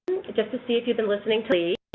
just to see if you've been listening to lee,